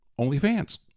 OnlyFans